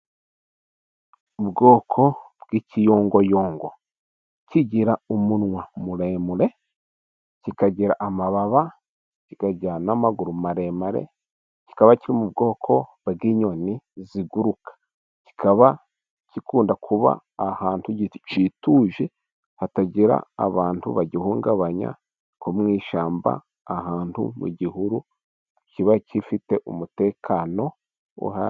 Ubwoko bw'ikiyongoyongo kigira umunwa muremure, kikagira amababa, kikajyana n'amaguru maremare, kikaba kiri mu bwoko bw'inyoni ziguruka .Kikaba gikunda kuba ahantu gicituje hatagira abantu bagihungabanya, nko mu ishyamba ahantu mu gihuru kiba kifite umutekano uhagije.